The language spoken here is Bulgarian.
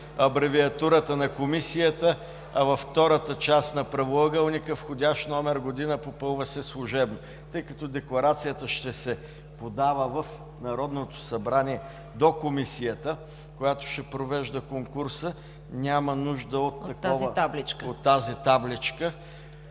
абревиатурата на Комисията, а във втората част на правоъгълника – входящ номер, година, попълва се служебно. Тъй като декларацията ще се подава в Народното събрание до Комисията, която ще провежда конкурса, няма нужда от тази табличка,